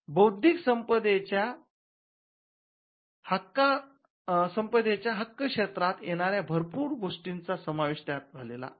बौद्धिक संपदेच्या हक्क क्षेत्रात येणाऱ्या भरपूर गोष्टींचा समावेश त्यात झालेला आहे